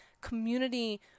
community